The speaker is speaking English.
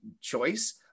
choice